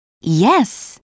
Yes